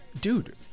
dude